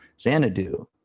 Xanadu